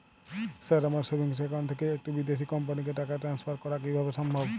Sir আমার savings account থেকে একটি বিদেশি কোম্পানিকে টাকা ট্রান্সফার করা কীভাবে সম্ভব?